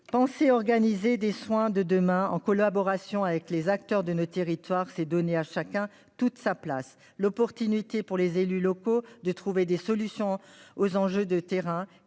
exprimés. Organiser les soins de demain en collaboration avec les acteurs de nos territoires, c'est donner à chacun toute sa place. C'est laisser la possibilité aux élus locaux de trouver des solutions aux enjeux de terrain